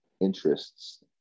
interests